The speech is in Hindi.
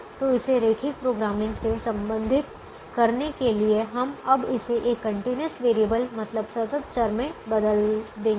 तो इसे रैखिक प्रोग्रामिंग से संबंधित करने के लिए हम अब इसे एक कंटीन्यूअस वेरिएबल मतलब सतत चर में बदल देंगे